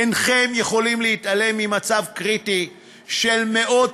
אינכם יכולים להתעלם ממצב קריטי של מאות